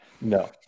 No